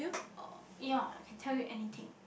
oh yeah I can tell you anything